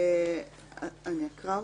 כתוב: